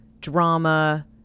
drama